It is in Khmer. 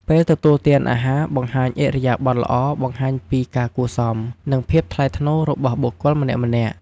ពេលទទួលទានអាហារការបង្ហាញឥរិយាបថល្អបង្ហាញពីការគួរសម និងភាពថ្លៃថ្នូររបស់បុគ្គលម្នាក់ៗ។